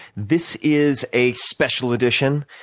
this is a special edition.